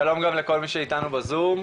שלום גם לכל מי שאתנו בזום,